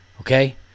Okay